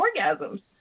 orgasms